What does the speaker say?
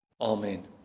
Amen